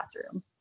classroom